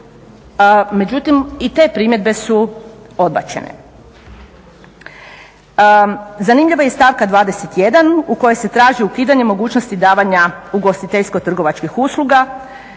Međutim i te primjedbe su odbačene. Zanimljiva je stavka 21 u kojoj se traži ukidanje mogućnosti davanja ugostiteljsko trgovačkih usluga,